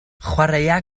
chwaraea